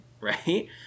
Right